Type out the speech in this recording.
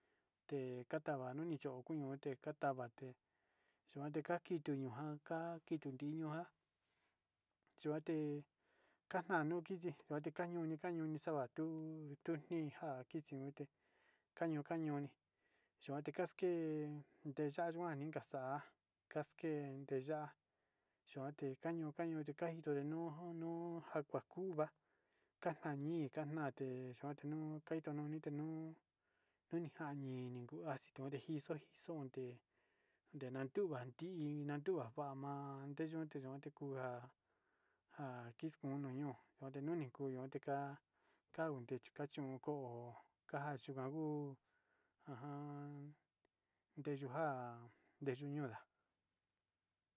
Te noni cho'o kuñu te katava te yuka te kakitu ñu'uja te yuka te katna nukisi yuka te kañuni kañuni sava tu tnii te katna ñi yukate kuiso ma ja yuka te katna nteya'a ja ni taxi te yuka ku in nteyuu nu ñuda.